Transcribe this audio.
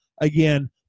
Again